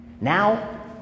Now